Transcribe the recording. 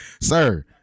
sir